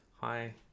Hi